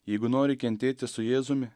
jeigu nori kentėti su jėzumi